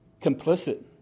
complicit